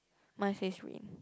mine says rain